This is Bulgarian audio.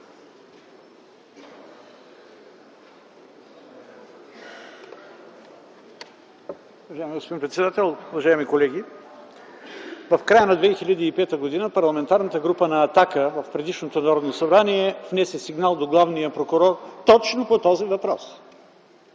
В края на 2005 г. Парламентарната група на „Атака” в предишното Народното събрание внесе сигнал до главния прокурор точно по този въпрос.